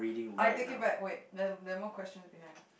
I take it back wait there there are more questions behind